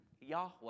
Yahweh